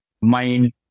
mind